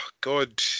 God